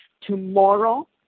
tomorrow